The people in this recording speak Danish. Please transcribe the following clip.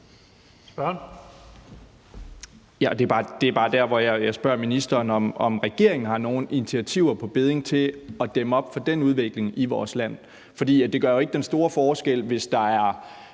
det er bare der, hvor jeg spørger ministeren, om regeringen har nogle initiativer på bedding til at dæmme op for den udvikling i vores land. For det gør jo ikke den store forskel, hvis der er